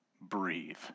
breathe